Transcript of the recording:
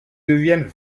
deviennent